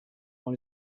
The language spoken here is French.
dans